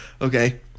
okay